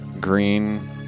Green